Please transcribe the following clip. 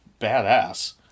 badass